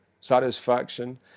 satisfaction